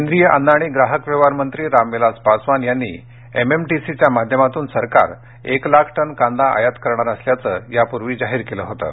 केंद्रीय अन्न आणि ग्राहक व्यवहार मंत्री रामविलास पासवान यांनी एमएमटीसीच्या माध्यमातून सरकार एक लाख टनकांदा आयात करणार असल्याचं यापूर्वी जाहीर केलं होतं